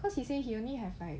cause he say he only have like